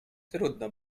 trudno